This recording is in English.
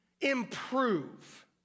improve